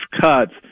cuts